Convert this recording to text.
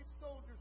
soldiers